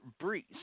breeze